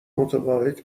متعاقد